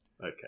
Okay